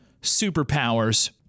superpowers